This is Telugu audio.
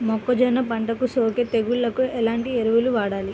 మొక్కజొన్న పంటలకు సోకే తెగుళ్లకు ఎలాంటి ఎరువులు వాడాలి?